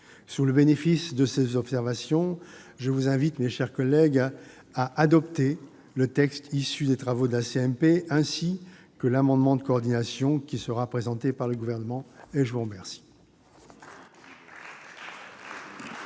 sous le bénéfice de ces observations, je vous invite à adopter le texte issu des travaux de la CMP ainsi que l'amendement de coordination qui sera présenté par le Gouvernement. Très bien